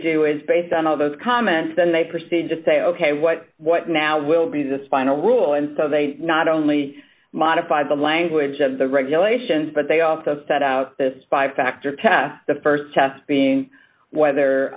do is based on all those comments then they proceed to say ok what what now will be this final rule and so they not only modify the language of the regulations but they also set out this five factor test the st test being whether